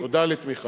תודה על תמיכתכם.